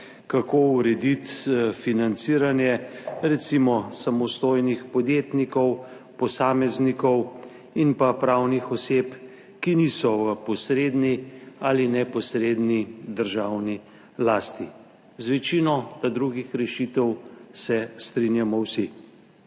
kako urediti financiranje, recimo, samostojnih podjetnikov, posameznikov in pa pravnih oseb, ki niso v posredni ali neposredni državni lasti. Z večino drugih rešitev se strinjamo vsi.